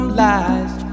lies